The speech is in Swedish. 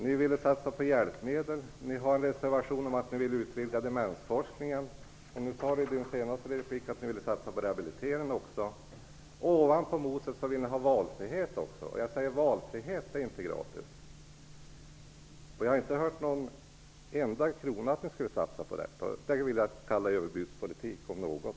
Ni ville satsa på hjälpmedel, ni har en reservation om att ni vill utvidga demensforskningen och nu sade Birgitta Wichne i sin senaste replik att ni ville satsa på rehabilitering också. Som grädde på moset vill ni dessutom ha valfrihet, och det vill jag säga: Valfrihet är inte gratis. Jag har inte hört att ni skulle satsa någon enda krona på detta. Det vill jag kalla överbudspolitik om något.